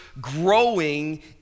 growing